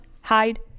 hide